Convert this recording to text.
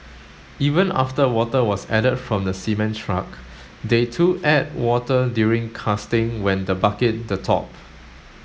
even after water was added from the cement truck they to add water during casting when the bucket the top